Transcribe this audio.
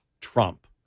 Trump